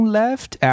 left